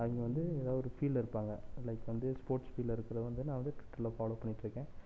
அவங்க வந்து ஏதாவது ஒரு ஃபீல்டு இருப்பாங்க லைக் வந்து ஸ்போர்ட்ஸ் ஃபீல்டில் இருக்கிறவங்கள வந்து நான் வந்து ட்விட்டரில் ஃபாலோ பண்ணிகிட்டு இருக்கேன்